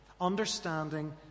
understanding